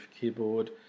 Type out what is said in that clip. keyboard